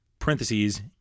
Parentheses